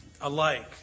alike